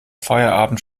feierabend